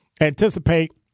anticipate